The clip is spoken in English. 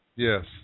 Yes